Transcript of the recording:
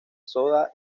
soda